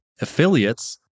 affiliates